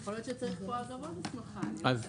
יכול להיות שצריך פה עוד הסמכה, אני לא יודעת.